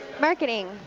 marketing